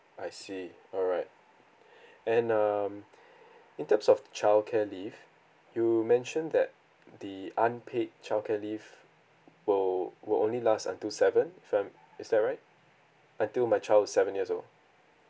I see alright and um in terms of childcare leave you mentioned that the unpaid childcare leave will will only last until seven if I'm is that right until my child's seven years old